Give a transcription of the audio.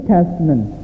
Testament